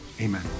amen